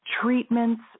treatments